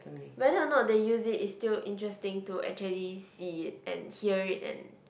whether or not they use it it's still interesting to actually see it and hear it and